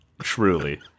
Truly